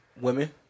Women